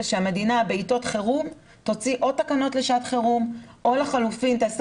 ושהמדינה בעיתות חירום תוציא או תקנות לשעת חירום או לחילופין תעשה